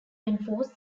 enforce